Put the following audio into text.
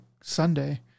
Sunday